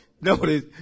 Notice